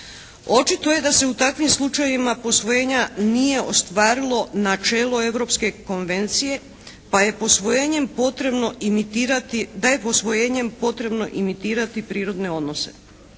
Očito je da se u takvim slučajevima posvojenja nije ostvarilo načelo Europske konvencije pa je posvojenjem potrebno imitirati da je